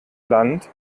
land